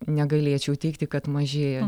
negalėčiau teigti kad mažėja